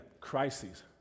crises—